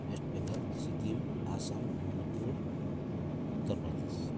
West Bengal Sikkim Assam Manipur Uttar Pradesh